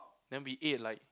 then we ate like